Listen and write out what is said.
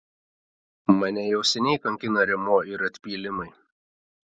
mane jau seniai kankina rėmuo ir atpylimai